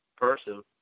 person